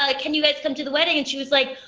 like can you guys come to the wedding? and she was like,